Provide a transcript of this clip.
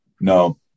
No